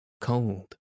cold